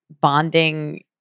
bonding